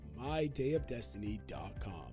mydayofdestiny.com